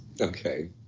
Okay